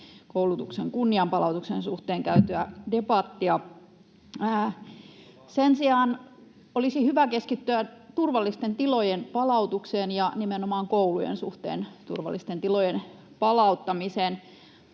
koulutuksen kunnianpalautuksen suhteen käytyä debattia. Sen sijaan olisi hyvä keskittyä turvallisten tilojen palautukseen ja nimenomaan koulujen suhteen turvallisten tilojen palauttamiseen.